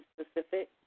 specific